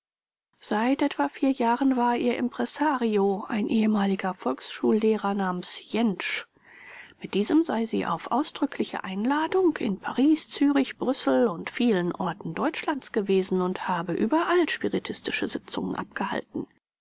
seit etwa vier jahren war ihr impresario ein ehemaliger volksschullehrer namens jentsch mit diesem sei sie auf ausdrückliche einladung in paris zürich brüssel und vielen orten deutschlands gewesen und habe überall spiritistische sitzungen abgehalten